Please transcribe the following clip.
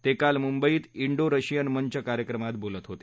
ते काल मुंबईत डो रशियन मंच कार्यक्रमात बोलत होते